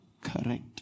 correct